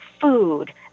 food